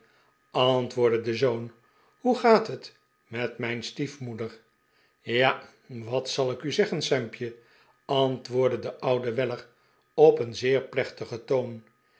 antwoordde de zoon hoe gaat het met mijn stiefmoeder ja wat zal ik u zeggen sampje antwoordde de oude weller op een zeer plechtigen toon